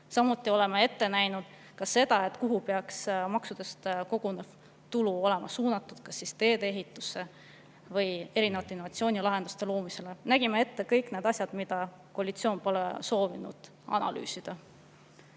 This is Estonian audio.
Samuti oleme ette näinud seda, kuhu peaks maksudest kogunenud tulu olema suunatud: teedeehitusse või erinevate innovatsioonilahenduste loomisele. Nägime ette kõik need asjad, mida koalitsioon pole soovinud analüüsida.